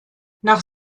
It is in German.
nach